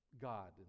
God